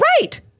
Right